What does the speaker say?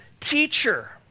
teacher